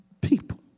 people